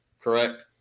Correct